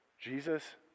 Jesus